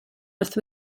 wrth